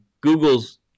Google's